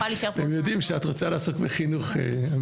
אז אני יכולה להישאר פה --- הם יודעים שאת רוצה לעסוק בחינוך אמיתי.